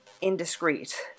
indiscreet